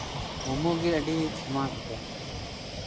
ᱢᱳᱢᱳ ᱜᱮ ᱟ ᱰᱤ ᱯᱷᱮᱢᱟᱥ ᱜᱮᱭᱟ